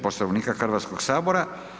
Poslovnika Hrvatskog sabora.